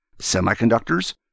semiconductors